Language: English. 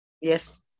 Yes